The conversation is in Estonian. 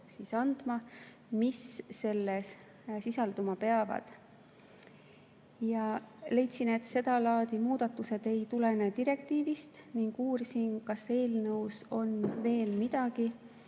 loetelu, mis selles sisalduma peab. Leidsin, et sedalaadi muudatused ei tulene direktiivist, ning uurisin, kas eelnõus on veel midagi,